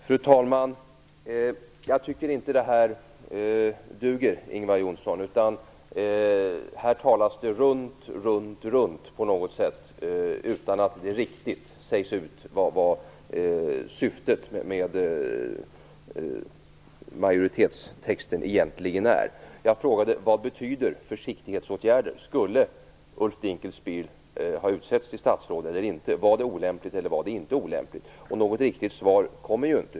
Fru talman! Jag tycker inte att detta duger, Ingvar Johnsson. Här talas det runt i cirklar på något sätt utan att det riktigt sägs ut vad syftet med majoritetstexten verkligen är. Jag frågade: Vad betyder "försiktighetsåtgärder"? Skulle Ulf Dinkelspiel ha utsetts till statsråd eller inte? Var det olämpligt eller var det inte olämpligt? Något riktigt svar kommer inte.